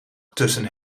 tussen